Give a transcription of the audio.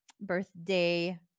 birthday